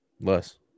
Less